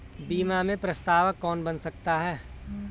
बीमा में प्रस्तावक कौन बन सकता है?